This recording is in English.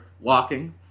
walking